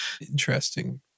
Interesting